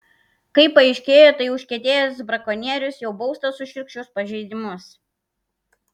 kaip paaiškėjo tai užkietėjęs brakonierius jau baustas už šiurkščius pažeidimus